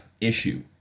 issue